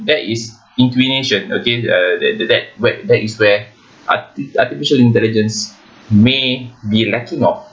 that is intuition okay the the the that is where arti~ artificial intelligence may be lacking of